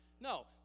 no